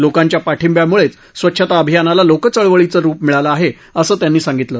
लोकांच्या पाठिंब्यामुळेच स्वच्छता अभियानाला लोकचळवळीचं रुप मिळालं आहे असं त्यांनी सांगितलं